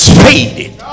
faded